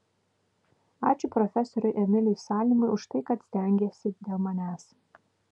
ačiū profesoriui emiliui salimui už tai kad stengėsi dėl manęs